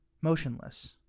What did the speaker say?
motionless